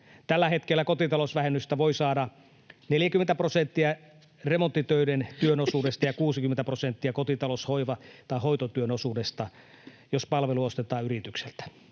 Tällä hetkellä kotitalousvähennystä voi saada 40 prosenttia remonttitöiden työn osuudesta ja 60 prosenttia kotitalous‑, hoiva‑ tai hoitotyön osuudesta, jos palvelu ostetaan yritykseltä.